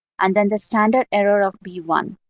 and then the standard error of b one.